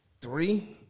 three